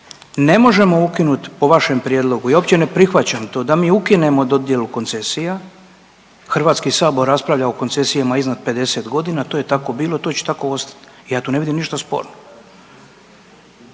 ne možemo ukinuti po vašem prijedlogu, ja uopće ne prihvaćam to da mi ukinemo dodjelu koncesija. Hrvatski sabor raspravlja o koncesijama iznad 50 godina to je tako bilo, to će tako ostati, ja tu ne vidim ništa sporno.